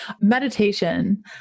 Meditation